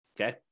Okay